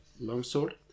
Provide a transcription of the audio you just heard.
longsword